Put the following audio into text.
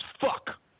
fuck